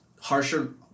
harsher